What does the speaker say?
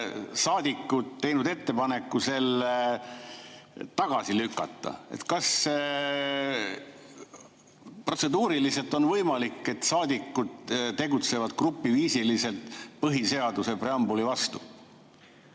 saadikud teinud ettepaneku see tagasi lükata. Kas protseduuriliselt on võimalik, et saadikud tegutsevad grupiviisiliselt põhiseaduse preambuli vastu?